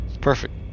perfect